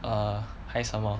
err 还什么